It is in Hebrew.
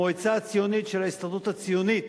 המועצה הציונית של ההסתדרות הציונית